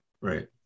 Right